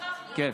לא שכחנו,